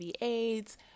AIDS